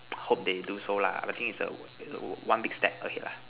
hope they do so lah I think is a is a one big step ahead lah